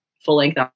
full-length